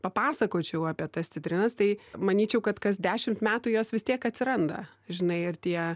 papasakočiau apie tas citrinas tai manyčiau kad kas dešimt metų jos vis tiek atsiranda žinai ir tie